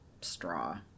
straw